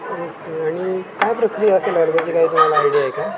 okay आणि काय प्रक्रिया असेल अर्जाची काही तुम्हाला आयडिया आहे का